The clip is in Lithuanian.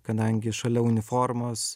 kadangi šalia uniformos